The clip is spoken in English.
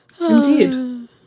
Indeed